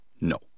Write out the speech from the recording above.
No